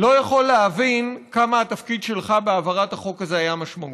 לא יכול להבין כמה התפקיד שלך בהעברת החוק הזה היה משמעותי.